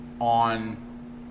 on